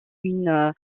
une